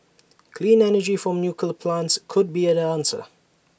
clean energy from nuclear plants could be an answer